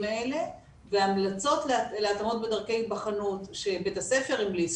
האלה והמלצות להתאמות בדרכי היבחנות שבית הספר המליץ,